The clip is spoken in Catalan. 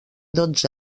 dotze